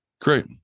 Great